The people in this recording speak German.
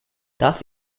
darf